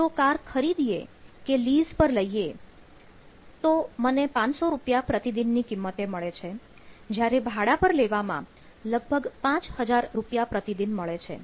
જો કાર ખરીદીએ કે લીઝ પર લઈએ તો મને 500 રૂપિયા પ્રતિદિન ની કિંમતે મળે છે જ્યારે ભાડા પર લેવામાં લગભગ 5000 રૂપિયા પ્રતિદિન મળે છે